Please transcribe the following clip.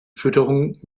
fütterung